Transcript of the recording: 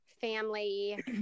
family